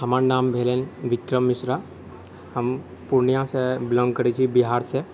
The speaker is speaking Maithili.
हमर नाम भेलै विक्रम मिश्रा हम पूर्णियासँ बिलाॅङ्ग करै छी बिहारसँ